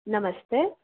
नमस्ते